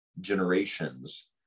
generations